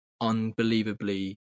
unbelievably